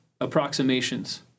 approximations